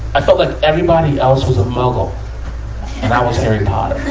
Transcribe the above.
i felt like everybody else was a muggle and i was harry potter.